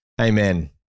Amen